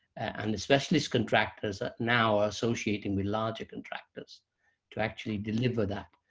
and the specialist contractors are now associating with larger contractors to actually deliver that.